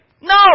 No